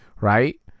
right